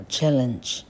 Challenge